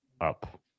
up